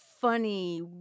funny